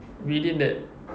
within that